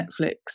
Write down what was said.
Netflix